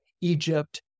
Egypt